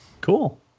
Cool